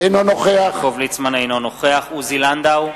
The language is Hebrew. אינו נוכח עוזי לנדאו,